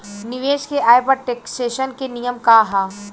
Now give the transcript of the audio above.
निवेश के आय पर टेक्सेशन के नियम का ह?